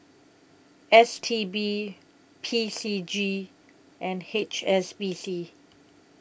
S T B P C G and H S B C